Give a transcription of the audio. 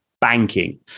banking